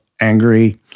angry